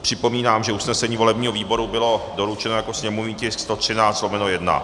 Připomínám, že usnesení volebního výboru bylo doručeno jako sněmovní tisk 113/1.